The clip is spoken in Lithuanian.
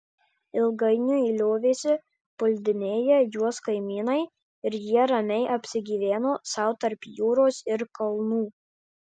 ilgainiui liovėsi puldinėję juos kaimynai ir jie ramiai apsigyveno sau tarp jūros ir kalnų